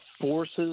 forces